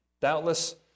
doubtless